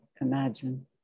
imagine